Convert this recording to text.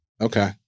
Okay